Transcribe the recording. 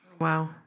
Wow